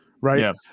right